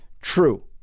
true